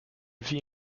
vit